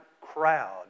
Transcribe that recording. crowd